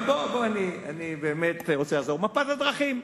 אבל בוא, אני באמת רוצה לחזור למפת הדרכים.